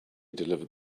delivered